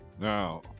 Now